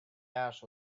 ash